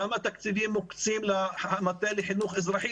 כמה תקציבים מוקצים למטה לחינוך אזרחי